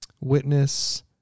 witness